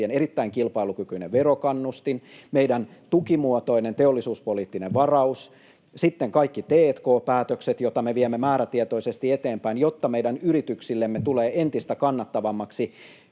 erittäin kilpailukykyinen verokannustin, meidän tukimuotoinen teollisuuspoliittinen varaus, sitten kaikki t&k-päätökset, joita me viemme määrätietoisesti eteenpäin, jotta meidän yrityksillemme tulee entistä kannattavammaksi